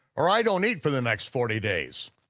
or i don't eat for the next forty days.